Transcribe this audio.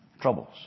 Troubles